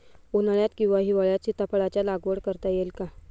उन्हाळ्यात किंवा हिवाळ्यात सीताफळाच्या लागवड करता येईल का?